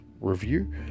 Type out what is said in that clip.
review